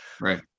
right